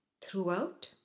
throughout